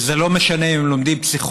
וזה לא משנה אם הם לומדים פסיכולוגיה,